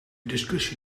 discussie